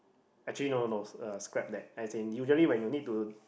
actually no no no uh scrap that as in usually when you need to